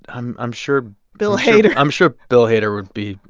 i'm i'm sure. bill hader i'm sure bill hader would be,